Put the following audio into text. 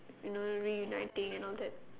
you know reuniting and all that